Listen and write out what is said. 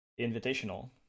invitational